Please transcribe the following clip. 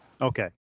Okay